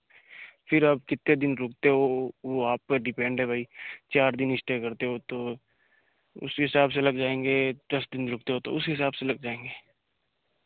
फिर आप कितने दिन रुकते हो वह आप पर डिपेंड है भाई चार दिन इस्टे करते हो तो उसी हिसाब से लग जाएँगे दस दिन रुकते हो उस हिसाब से लग जाएँगे